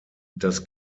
das